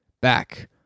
back